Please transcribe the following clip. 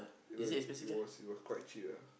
it know it was it was quite cheap ah